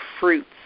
fruits